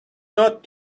not